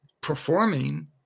performing